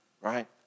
right